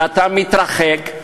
ואתה מתרחק,